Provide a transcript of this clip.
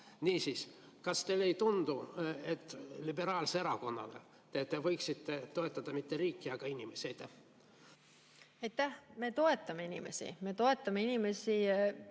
kas teile ei tundu, et liberaalse erakonnana te võiksite toetada mitte riiki, vaid inimesi? Aitäh! Me toetame inimesi.